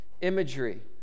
imagery